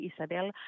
Isabel